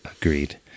Agreed